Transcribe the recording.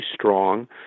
strong